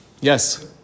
Yes